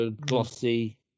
Glossy